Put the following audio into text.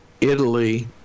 Italy